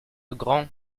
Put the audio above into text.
grands